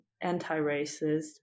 anti-racist